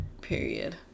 period